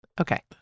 Okay